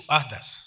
others